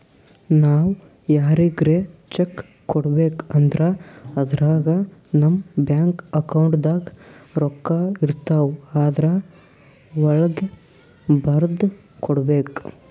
ನಾವ್ ಯಾರಿಗ್ರೆ ಚೆಕ್ಕ್ ಕೊಡ್ಬೇಕ್ ಅಂದ್ರ ಅದ್ರಾಗ ನಮ್ ಬ್ಯಾಂಕ್ ಅಕೌಂಟ್ದಾಗ್ ರೊಕ್ಕಾಇರ್ತವ್ ಆದ್ರ ವಳ್ಗೆ ಬರ್ದ್ ಕೊಡ್ಬೇಕ್